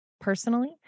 Personally